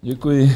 Děkuji.